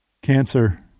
Cancer